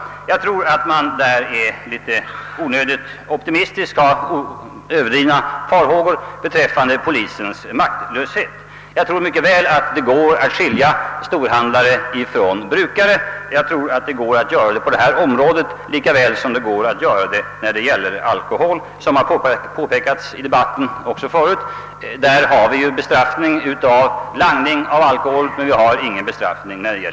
Jag tror att man därvidlag har överdrivna farhågor beträffande polisens maktlöshet. Jag tror att det mycket väl går att skilja storhandlare från brukare, på detta område lika väl som när det gäller alkohol, vilket har påpekats förut här i debatten. Vi bestraffar ju langning av alkohol men inte av innehavet.